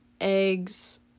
eggs